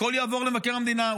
הכול יעבור למבקר המדינה.